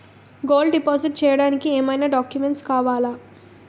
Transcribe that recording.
Gold deposit చేయడానికి ఏమైనా documents కావాలా?